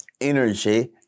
energy